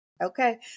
Okay